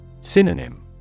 Synonym